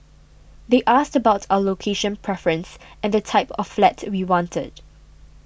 they asked about our location preference and the type of flat we wanted